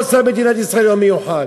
מדינת ישראל לא עושה יום מיוחד.